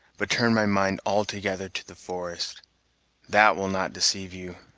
but turn my mind altogether to the forest that will not deceive you,